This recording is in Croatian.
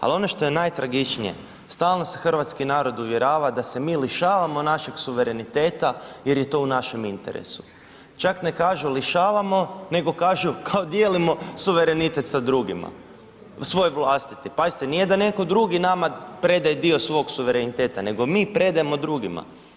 Al ono što je najtragičnije, stalno se hrvatski narod uvjerava da se mi lišavamo našeg suvereniteta jer je to u našem interesu, čak ne kažu lišavamo, nego kažu kao dijelimo suverenitet sa drugima, svoj vlastiti, pazite nije da netko drugi nama predaje dio svog suvereniteta nego mi predajemo drugima.